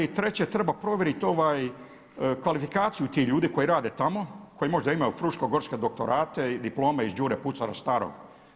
I treće, treba provjerit kvalifikaciju tih ljudi koji rade tamo, koji možda imaju fruškogorske doktorate, diplome iz Đure Pucara starog.